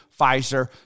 Pfizer